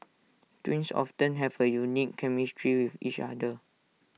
twins off ten have A unique chemistry with each other